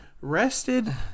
rested